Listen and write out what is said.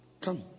Come